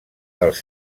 dels